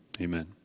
amen